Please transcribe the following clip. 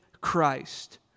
Christ